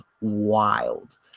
wild